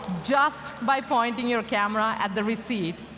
just by pointing your camera at the receipt.